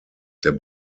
der